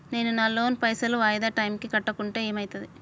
నేను నా లోన్ పైసల్ వాయిదా టైం కి కట్టకుంటే ఏమైతది?